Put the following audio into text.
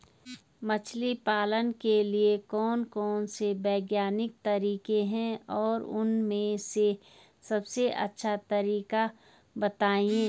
मछली पालन के लिए कौन कौन से वैज्ञानिक तरीके हैं और उन में से सबसे अच्छा तरीका बतायें?